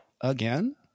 again